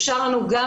יש גם